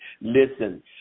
Listen